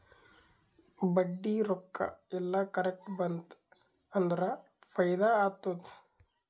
ಬಡ್ಡಿ ರೊಕ್ಕಾ ಎಲ್ಲಾ ಕರೆಕ್ಟ್ ಬಂತ್ ಅಂದುರ್ ಫೈದಾ ಆತ್ತುದ್